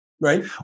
Right